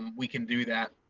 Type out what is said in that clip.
um we can do that.